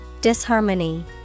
Disharmony